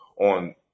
on